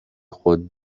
خود